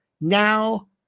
now